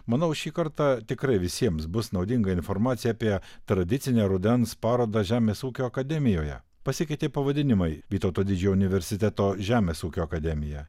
manau šį kartą tikrai visiems bus naudinga informacija apie tradicinę rudens parodą žemės ūkio akademijoje pasikeitė pavadinimai vytauto didžiojo universiteto žemės ūkio akademija